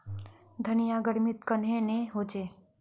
धनिया गर्मित कन्हे ने होचे?